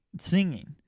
singing